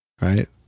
right